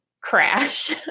crash